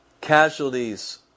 Casualties